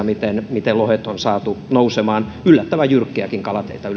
miten miten lohet on saatu nousemaan yllättävänkin jyrkkiä kalateitä